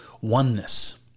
oneness